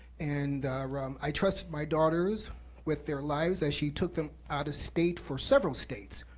and i trusted my daughters with their lives as she took them out of state for several states,